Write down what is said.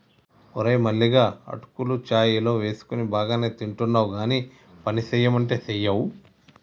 ఓరే మల్లిగా అటుకులు చాయ్ లో వేసుకొని బానే తింటున్నావ్ గానీ పనిసెయ్యమంటే సెయ్యవ్